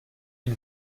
une